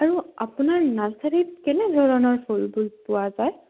আৰু আপোনাৰ নাৰ্চাৰীত কেনেধৰণৰ ফুলবোৰ পোৱা যায়